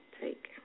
Take